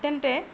তেন্তে